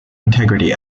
integrity